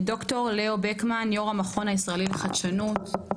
ד"ר ליאו בקמן, יו"ר המכון הישראלי לחדשנות.